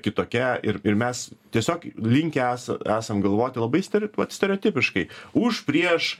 kitokia ir ir mes tiesiog linkę esą esam galvoti labai stereo stereotipiškai už prieš